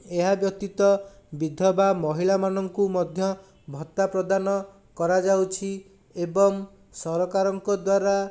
ଏହା ବ୍ୟତୀତ ବିଧବା ମହିଳାମାନଙ୍କୁ ମଧ୍ୟ ଭତ୍ତା ପ୍ରଦାନ କରାଯାଉଛି ଏବଂ ସରକାରଙ୍କ ଦ୍ଵାରା